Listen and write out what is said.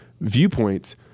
viewpoints